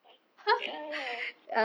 ya ya